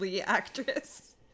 actress